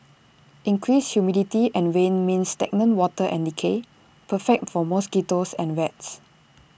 increased humidity and rain means stagnant water and decay perfect for mosquitoes and rats